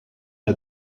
der